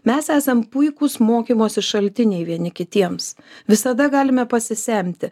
mes esam puikūs mokymosi šaltiniai vieni kitiems visada galime pasisemti